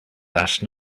last